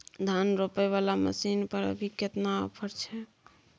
धान रोपय वाला मसीन पर अभी केतना ऑफर छै?